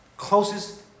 closest